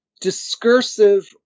Discursive